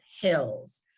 hills